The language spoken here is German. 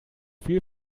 viel